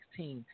2016